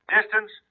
Distance